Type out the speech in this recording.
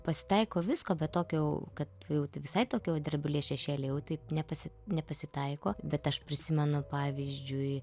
pasitaiko visko bet tokio jau kad jau visai tokio va drebulė šešėlio jau taip nepasi nepasitaiko bet aš prisimenu pavyzdžiui